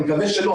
אני מקווה שלא,